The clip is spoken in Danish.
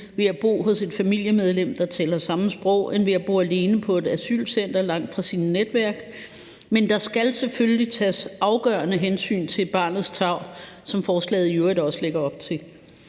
ved at bo hos et familiemedlem, der taler samme sprog, end ved at bo alene på et asylcenter langt fra sine netværk. Men der skal selvfølgelig tages afgørende hensyn til barnets tarv, hvilket forslaget i øvrigt også lægger op til.